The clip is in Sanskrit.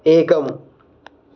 एकम्